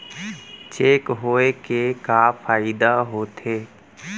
Cheque होए के का फाइदा होथे?